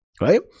right